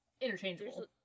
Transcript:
Interchangeable